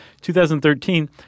2013